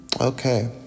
Okay